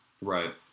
Right